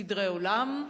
סדרי עולם,